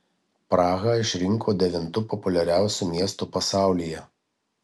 prahą išrinko devintu populiariausiu miestu pasaulyje